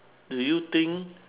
do you think